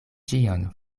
ĉion